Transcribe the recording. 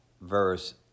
verse